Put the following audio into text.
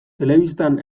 telebistan